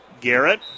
Garrett